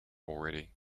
already